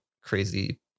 crazy